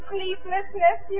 Sleeplessness